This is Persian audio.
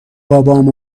بابام